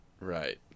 Right